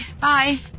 Bye